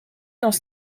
dans